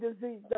disease